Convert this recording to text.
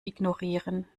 ignorieren